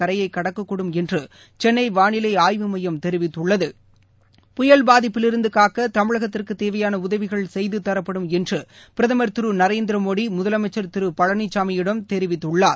கரையை கடக்கக்கூடும் என்று சென்னை வானிலை ஆய்வு எமயம் தெரிவித்துள்ளது புயல் பாதிப்பில் இருந்து காக்க தமிழகத்திற்கு தேவையான உதவிகள் செய்து தரப்படும் என்று பிரதமர் திருநரேந்திர மோடி முதலமைச்சர் திருபழனிசாமியிடம் தெரிவித்துள்ளார்